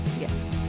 Yes